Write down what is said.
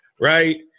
right